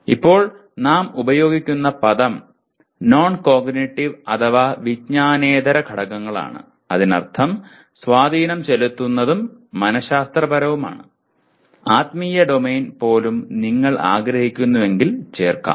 ഇപ്പോൾ നാം ഉപയോഗിക്കുന്ന പദം നോൺ കോഗ്നിറ്റീവ് അഥവാ വിജ്ഞാനേതര ഘടകങ്ങളാണ് അതിനർത്ഥം സ്വാധീനം ചെലുത്തുന്നതും മനഃശാസ്ത്രപരവുമാണ് ആത്മീയ ഡൊമെയ്ൻ പോലും നിങ്ങൾ ആഗ്രഹിക്കുന്നുവെങ്കിൽ ചേർക്കാം